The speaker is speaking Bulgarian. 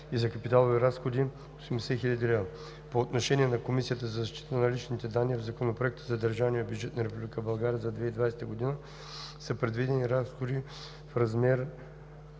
и за капиталови разходи 80 хил. лв. По отношение на Комисията за защита на личните данни в Законопроекта за държавния бюджет на Република България за 2020 г. са предвидени приходи в размер